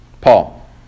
Paul